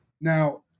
Now